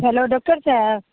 hello doctor Saheb